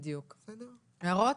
הערות?